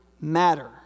matter